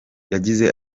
yagize